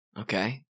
okay